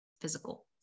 physical